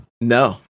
no